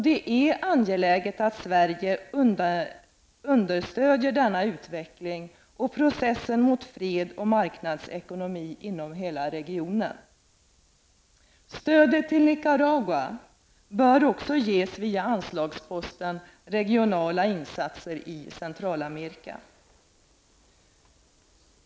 Det är angeläget att Sverige understöder denna utveckling och processen mot fred och marknadsekonomi inom hela regionen. Stödet till Nicaragua bör också ges via anslagsposten Regionala insatser i Centralamerika.